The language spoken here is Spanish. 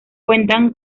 cuentan